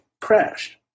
crashed